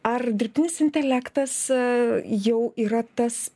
ar dirbtinis intelektas a jau yra tas